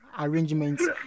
arrangements